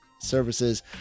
services